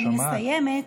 ואני מסיימת,